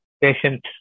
patient